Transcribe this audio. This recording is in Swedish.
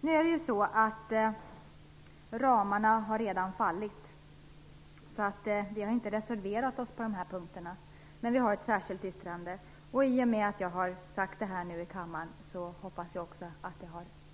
Nu har ju ramarna redan fallit, och därför har vi inte reserverat oss på de här punkterna. Men vi har ett särskilt yttrande. I och med att jag har sagt detta här i kammaren hoppas jag också att det